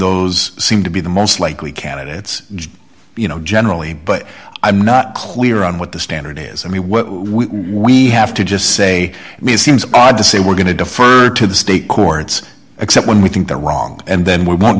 those seem to be the most likely candidates you know generally but i'm not clear on what the standard is i mean we have to just say me seems odd to say we're going to defer to the state courts except when we think they're wrong and then we w